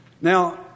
Now